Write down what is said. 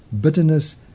bitterness